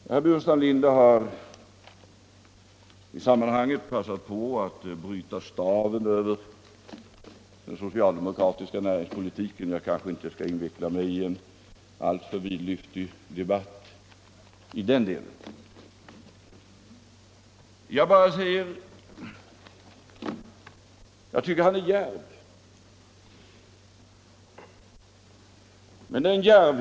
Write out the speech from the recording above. Herr Burenstam Linder har i detta sammanhang passat på att bryta staven över den socialdemokratiska näringspolitiken. Jag skall här inte inveckla mig i en alltför vidlyftig debatt om det. Jag vill bara säga att jag tycker att han är djärv.